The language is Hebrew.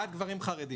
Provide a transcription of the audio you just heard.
מבחינת גברים חרדים.